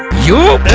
you